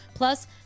Plus